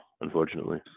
unfortunately